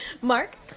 Mark